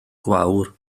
gwawr